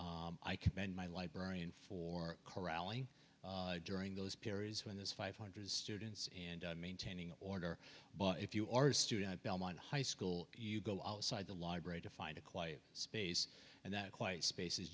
i commend my librarian for corralling during those periods when this five hundred students and maintaining order but if you are a student at belmont high school you go outside the library to find a quiet space and that quiet space is